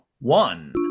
One